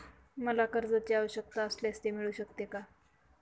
मला कर्जांची आवश्यकता असल्यास ते मिळू शकते का?